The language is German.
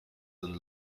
sind